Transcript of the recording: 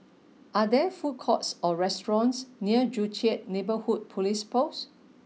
are there food courts or restaurants near Joo Chiat Neighbourhood Police Post